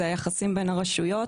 זה היחסים בין הרשויות.